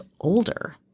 older